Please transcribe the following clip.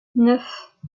neuf